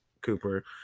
Cooper